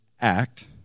act